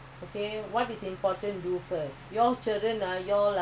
they earn back ah you all don't know